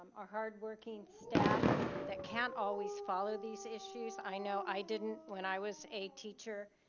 our hardworking staff that can't always follow these issues. i know i didn't when i was a teacher.